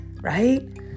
Right